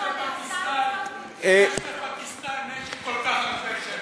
יש בפקיסטן נשק כל כך הרבה שנים.